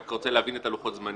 אני רק רוצה להבין את לוחות הזמנים.